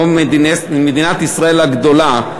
או מדינת ישראל הגדולה,